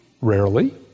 Rarely